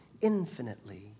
infinitely